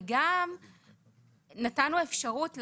וגם נתנו אפשרות לשר,